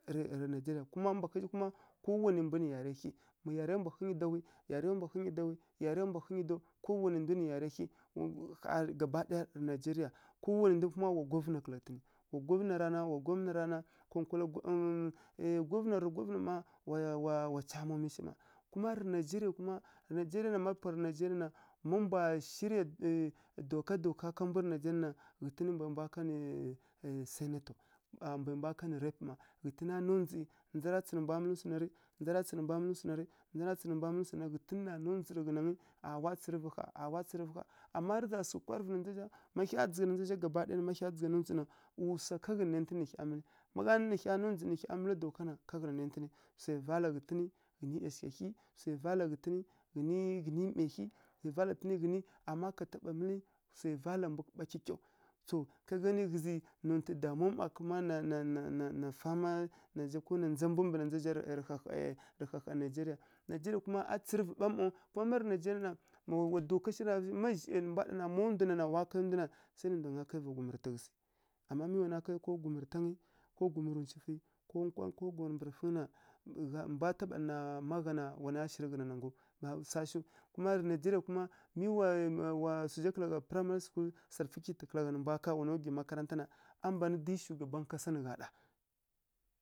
Rǝ rǝ nigeria, kuma mbwa ghǝi zhi kuma, kowanai ndwi nǝ yariya hyi, ƙha gaba ɗaya rǝ nigeria, kowanai ndu kuma wa governor kǝla ghǝtǝnǝ, wa rana. Governor wa governor rana, nkonkwala mma, wa chairmomi shi mma, kuma rǝ nigeria kuma, rǝ nigeria na má má mbwa shiriya ˈyi doka doka mbu rǝ nigeria na, ghǝtǝn mbwai mbwa kanǝ sǝnator. Ɓa mbwai mbwa kanǝ rep mma, ghǝtǝna ndzondǝ ndzara tsú nǝ mbwa mǝlǝ swa na ri, ndzara tsú nǝ mbwa mǝlǝ swa na ri, ndzara tsú nǝ mbwa mǝlǝ swa na ri, ghǝtǝn na ndondzǝ tǝghǝnangǝ a ra tsǝrǝvǝ ƙha, a ra tsǝrǝvǝ ƙha, amma rǝ za sǝghǝ kwarǝvǝ na ndza zǝ za, má hyi dzǝgha gaba ɗaya, má dzǝgha ndzondzǝ na, swa ká ghǝna nantǝnǝ swai vala ghǝtǝnǝ, ghǝtǝnǝ ˈyashigha hyi, swai vala ghǝtǝnǝ, ghǝtǝnǝ mmai hyi, amma ka taɓa mǝlǝ swai vala mbu mba kyikyaw. To ká gani ghǝzǝ, nontǝ damuwa mma, kuma na-na-na-na-na fama na ndza ko na ndza mbu mbǝ na dza zǝ rǝ hahai nigeria rǝ hahai nigeria. Nigeria kuma a tsǝrǝvǝ ɓa maw, kuma marǝ nigeria na wa doka shi, má zhai mbwa ɗana, má ndwana wa kai ndu na, sai nǝ ndwanga kai va gumǝrǝ tǝghǝsǝ. Amma mi wana kai ko gumǝrǝ tangǝ ko gumǝrǝ ncufǝ, ko gumǝrǝ mbǝrǝfǝngǝ na, mbwa taɓa ɗana, má gha na wana shirǝ ghǝnanangaw, swa shiw. Kuma rǝ nigeria kuma, mi wa na wa swu zha kǝla gha primary school substitude nǝ mbwa ká, wana ugyi makaranta na, a mban dyi sǝgaban kasa nǝ gha ɗa.